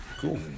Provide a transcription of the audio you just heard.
Cool